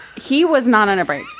he was not on a break